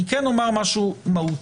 אני כן אומר משהו מהותי.